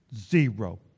Zero